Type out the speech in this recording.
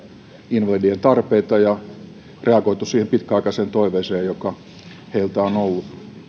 invalidien tarpeita ja reagoitu siihen pitkäaikaiseen toiveeseen joka heillä on ollut